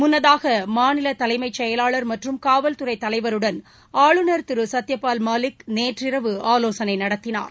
முன்னதாகமாநில தலைமை செயலாளர் மற்றும் காவல்துறை தலைவருடன் ஆளுநர் திரு சத்யபால் மாலிக் நேற்றிரவு ஆலோசனை நடத்தினார்